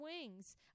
wings